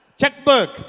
checkbook